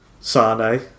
Sane